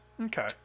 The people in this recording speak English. Okay